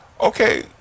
Okay